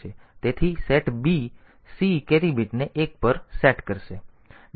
તેથી set b c carry બીટને 1 પર સેટ કરશે